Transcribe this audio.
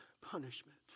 punishment